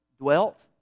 dwelt